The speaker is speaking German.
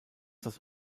das